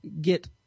get